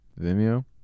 Vimeo